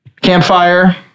campfire